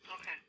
Okay